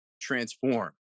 transform